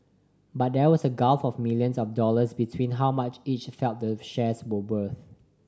but there was a gulf of millions of dollars between how much each felt the shares were worth